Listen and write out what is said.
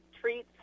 treats